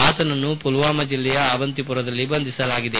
ಆತನನ್ನು ಪುಲ್ವಾಮಾ ಜಿಲ್ಲೆಯ ಅವಂತಿಪೋರದಲ್ಲಿ ಬಂಧಿಸಲಾಗಿದೆ